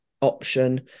option